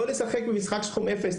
לא לשחק במשחק סכום אפס,